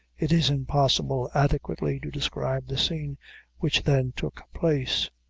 it is impossible adequately to describe the scene which then took place.